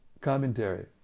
Commentary